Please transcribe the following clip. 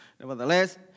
nevertheless